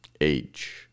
age